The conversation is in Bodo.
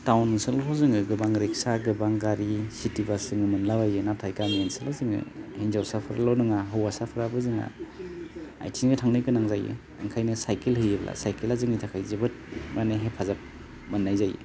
टाउन ओनसोलखौ जोङो गोबां रिक्सा गोबां गारि सिटि बास जोङो मोनलाबायो नाथाय गामि ओनसोलआव जोङो हिन्जावसाफोरल' नङा हौवासाफ्राबो जोंहा आइथिंजों थांनो गोनां जायो ओंखायनो साइखेल होयोबा साइखेलआ जोंनि थाखाय जोबोद माने हेफाजाब मोननाय जायो